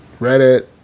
reddit